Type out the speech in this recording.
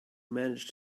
manage